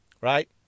Right